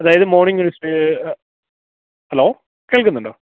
അതായത് മോർണിംഗ് ഒരു stay hello കേള്ക്കുന്നുണ്ടോ